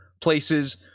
places